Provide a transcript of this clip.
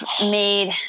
made